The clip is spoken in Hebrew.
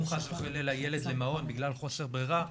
חס וחלילה ילד למעון בגלל חוסר ברירה,